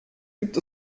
gibt